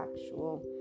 actual